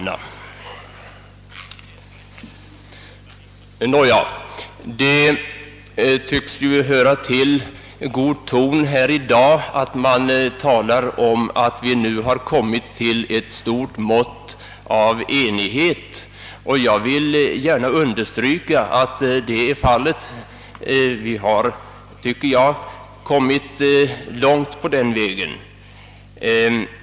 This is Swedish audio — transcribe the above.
Nå ja, det tycks höra till god ton här i dag att tala om att vi nu uppnått stor enighet, och jag vill gärna understryka att så är fallet; vi har enligt min mening kommit långt på den vägen.